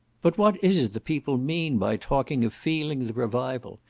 but what is it the people mean by talking of feeling the revival?